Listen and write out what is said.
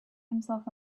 himself